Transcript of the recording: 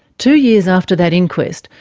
two years after that inquest,